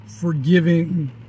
forgiving